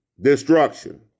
destruction